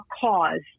cause